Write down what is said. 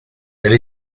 elle